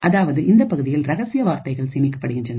அதாவது இந்தப் பகுதியில் ரகசிய வார்த்தைகள் சேமிக்கப்படுகின்றன